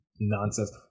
nonsense